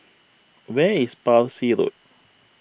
where is Parsi Road